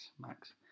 Max